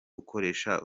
ukoresha